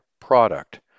product